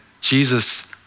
Jesus